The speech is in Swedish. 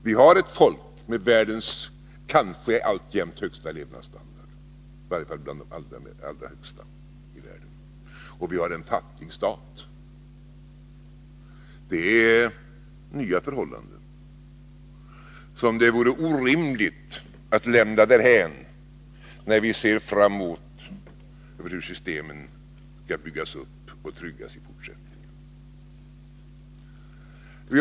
Vi har ett folk med världens kanske alltjämt högsta levnadsstandard — i varje fall är den bland de allra högsta i världen — och vi har en fattigstat. Det är nya förhållanden som det vore orimligt att lämna därhän när vi ser framåt och bedömer hur systemen skall byggas upp och tryggas i fortsättningen.